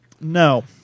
No